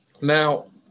Now